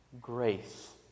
grace